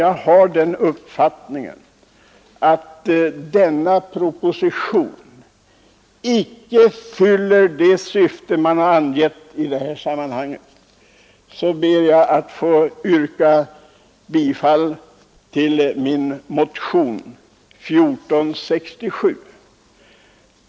Jag har den uppfattningen att denna proposition icke fyller det syfte som angivits, och därför ber jag att få yrka bifall till min motion 1467 under punkt A.